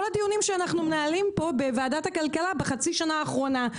כל הדיונים שאנחנו מנהלים פה בוועדת הכלכלה בחצי שנה האחרונה.